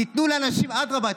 אדרבה,